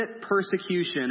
persecution